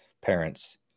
parents